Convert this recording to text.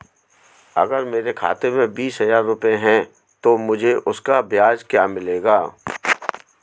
अगर मेरे खाते में बीस हज़ार रुपये हैं तो मुझे उसका ब्याज क्या मिलेगा?